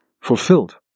fulfilled